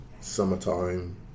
summertime